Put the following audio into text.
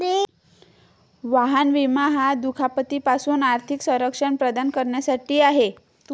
वाहन विमा हा दुखापती पासून आर्थिक संरक्षण प्रदान करण्यासाठी आहे